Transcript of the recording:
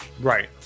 Right